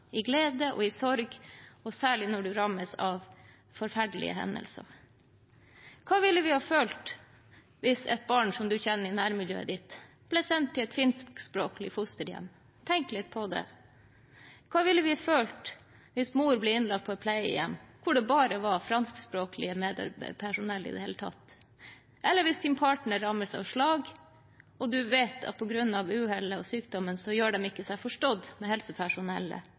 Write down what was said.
i glede og i sorg – og særlig når man rammes av forferdelige hendelser. Hva ville vi ha følt hvis et barn som vi kjenner i nærmiljøet, ble sendt til et finskspråklig fosterhjem? Tenk litt på det. Hva ville vi ha følt hvis mor ble innlagt på et pleiehjem hvor det bare var franskspråklig personell – eller hvis din partner rammes av slag, og du vet at på grunn av uhellet eller sykdommen gjør de seg ikke forstått overfor helsepersonellet?